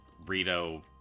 Rito